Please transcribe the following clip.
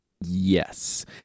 Yes